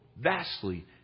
vastly